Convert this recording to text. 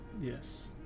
Yes